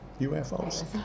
UFOs